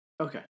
Okay